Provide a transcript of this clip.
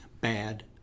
bad